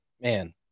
man